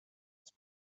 its